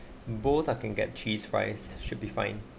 both I can get cheese fries should be fine